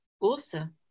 Awesome